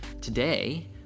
Today